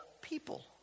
people